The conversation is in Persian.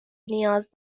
نیاز